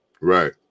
Right